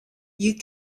you